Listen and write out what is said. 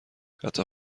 حتی